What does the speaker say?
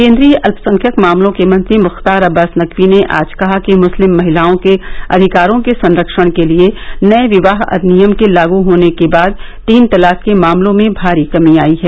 केन्द्रीय अल्पसंख्यक मामलों के मंत्री मुख्तार अब्बास नकवी ने आज कहा कि मुस्लिम महिलाओं के अधिकारों के संरक्षण के लिए नये विवाह अधिनियम के लागू होने के बाद तीन तलाक के मामलों में भारी कमी आई है